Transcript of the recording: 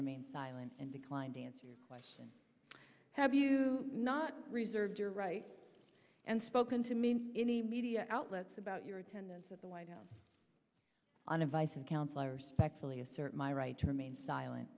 remain silent and declined to answer your question have you not reserved your right and spoken to mean any media outlets about your attendance at the white house on advice and counsel i respectfully assert my right to remain silent